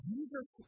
Jesus